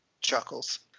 Chuckles